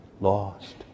Lost